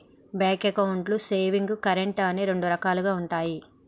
bank అకౌంట్లు savings, current అని రెండు రకాలుగా ఉంటయి